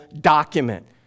document